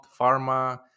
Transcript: pharma